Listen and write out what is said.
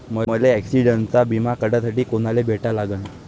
मले ॲक्सिडंटचा बिमा काढासाठी कुनाले भेटा लागन?